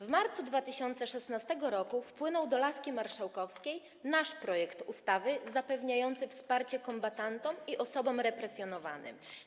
W marcu 2016 r. wpłynął do laski marszałkowskiej nasz projekt ustawy zapewniającej wsparcie kombatantom i osobom represjonowanym.